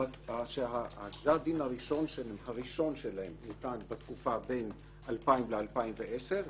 שגזר הדין הראשון שלהם ניתן בתקופה שבין 2010-2000,